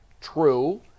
true